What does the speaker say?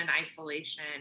isolation